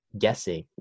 guessing